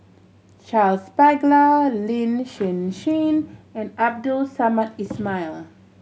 Charles Paglar Lin Hsin Hsin and Abdul Samad Ismail